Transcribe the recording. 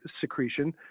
secretion